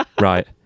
right